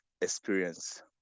experience